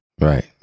Right